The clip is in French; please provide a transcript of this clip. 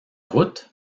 route